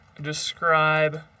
describe